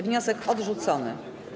Wniosek odrzucony.